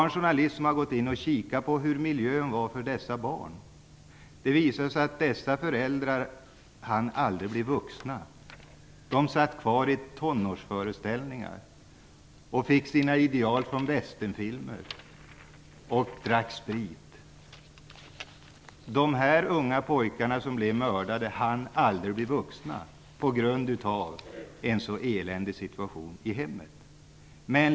En journalist hade kikat på hur miljön var för dessa barn. Det visade sig att föräldrarna aldrig hann bli vuxna. De satt kvar i tonårsföreställningar och fick sina ideal från västernfilmer, och de drack sprit. De unga pojkarna som blev mördare hann aldrig bli vuxna på grund av en så eländig situation i hemmet.